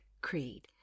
creed